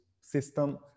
system